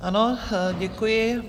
Ano, děkuji.